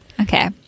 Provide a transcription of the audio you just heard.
Okay